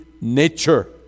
nature